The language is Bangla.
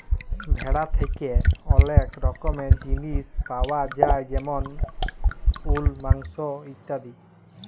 ভেড়া থ্যাকে ওলেক রকমের জিলিস পায়া যায় যেমল উল, মাংস ইত্যাদি